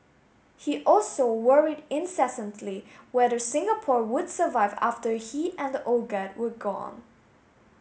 he also worried incessantly whether Singapore would survive after he and the old guard were gone